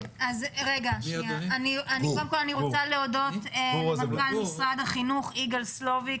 אני רוצה להודות למנכ"ל משרד החינוך יגאל סלוביק.